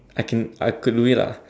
I can I could do it lah